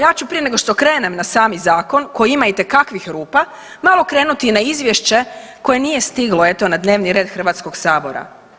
Ja ću prije nego što krenem na sami zakon koji ima itekakvih rupa malo krenuti na izvješće koje nije stiglo eto na dnevni red Hrvatskog sabora.